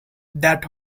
that